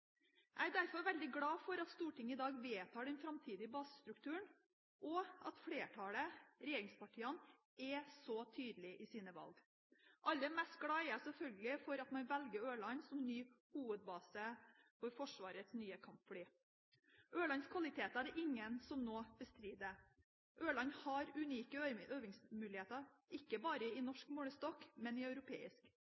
Jeg er derfor veldig glad for at Stortinget i dag vedtar den framtidige basestrukturen, og at flertallet, regjeringspartiene, er så tydelige i sine valg. Aller mest glad er jeg selvfølgelig for at man velger Ørland som ny hovedbase for Forsvarets nye kampfly. Ørlands kvaliteter er det ingen som nå bestrider. Ørland har unike øvingsmuligheter, ikke bare i